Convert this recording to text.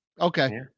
Okay